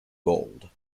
bold